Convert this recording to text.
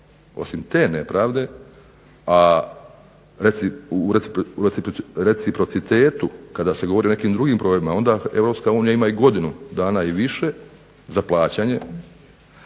osim te nepravde, a u reciprocitetu kada se govori o nekim drugim problemima onda EU ima i godinu dana i više za plaćanje,